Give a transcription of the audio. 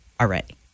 already